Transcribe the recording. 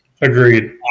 Agreed